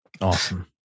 Awesome